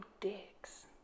dicks